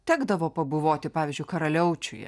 tekdavo pabuvoti pavyzdžiui karaliaučiuje